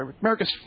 America's